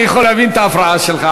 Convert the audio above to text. אני יכול להבין את ההפרעה שלך.